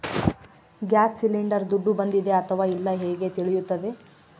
Gas cylinder ದುಡ್ಡು ಬಂದಿದೆ ಅಥವಾ ಇಲ್ಲ ಹೇಗೆ ತಿಳಿಯುತ್ತದೆ?